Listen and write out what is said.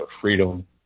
freedom